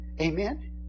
Amen